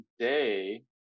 today